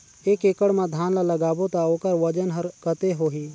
एक एकड़ मा धान ला लगाबो ता ओकर वजन हर कते होही?